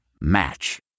Match